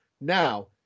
Now